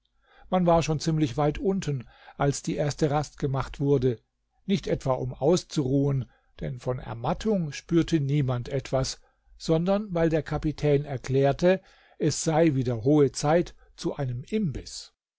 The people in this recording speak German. man war schon ziemlich weit unten als die erste rast gemacht wurde nicht etwa um auszuruhen denn von ermattung spürte niemand etwas sondern weil der kapitän erklärte es sei wieder hohe zeit zu einem imbiß